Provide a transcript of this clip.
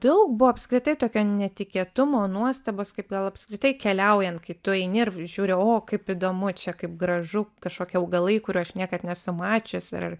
daug buvo apskritai tokio netikėtumo nuostabos kaip gal apskritai keliaujant kai tu eini ir žiūri o kaip įdomu čia kaip gražu kažkokie augalai kurių aš niekad nesu mačius ir